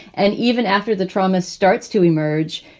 and even after the trauma starts to emerge,